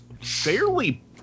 fairly